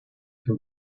can